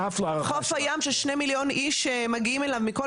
חוף הים של שני מיליון איש שמגיעים אליו מכל